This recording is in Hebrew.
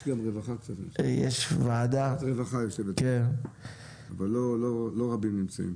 יש גם רווחה שיושבת, אבל לא רבים נמצאים.